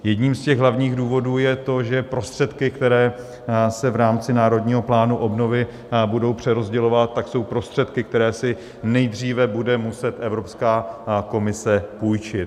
Jedním z těch hlavních důvodů je to, že prostředky, které se v rámci Národního plánu obnovy budou přerozdělovat, jsou prostředky, které si nejdříve bude muset Evropská komise půjčit.